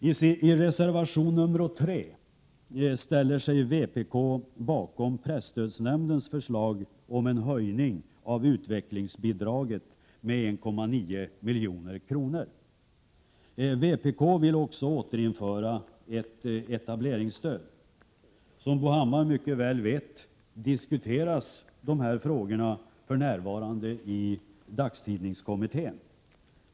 I reservation nr 3 ställer sig vpk bakom presstödsnämndens förslag om en höjning av utvecklingsbidraget med 1,9 milj.kr. Vpk vill också återinföra etableringsstödet. Som Bo Hammar mycket väl vet diskuteras dessa frågor för närvarande i dagstidningskommittén.